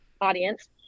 audience